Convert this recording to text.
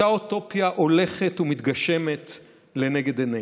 אותה אוטופיה הולכת ומתגשמת לנגד עינינו,